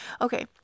Okay